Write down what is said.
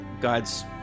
God's